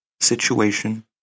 situation